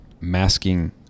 masking